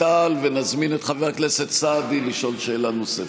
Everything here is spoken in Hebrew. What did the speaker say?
תע"ל ונזמין את חבר הכנסת סעדי לשאול שאלה נוספת.